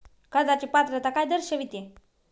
कर्जाची पात्रता काय दर्शविते?